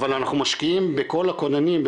אבל אנחנו משקיעים בכל הכוננים,